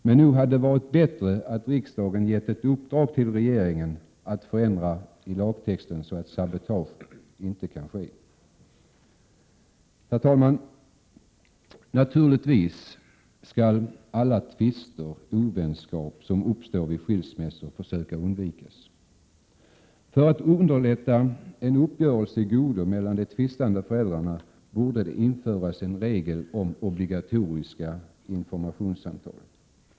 Det hade emellertid varit bättre om riksdagen hade gett regeringen i uppdrag att förändra lagtexten så att sabotage inte kan göras. Herr talman! Alla tvister och all den ovänskap som uppstår vid skilsmässor skall naturligtvis försöka undvikas. För att underlätta uppgörelse i godo mellan de tvistande föräldrarna, borde det införas en regel om obligatoriska 49 informationssamtal.